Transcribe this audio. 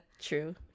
True